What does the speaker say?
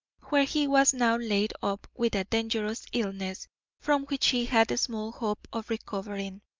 where he was now laid up with a dangerous illness from which he had small hope of recovering.